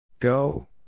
Go